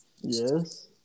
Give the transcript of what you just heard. Yes